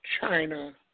China